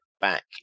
back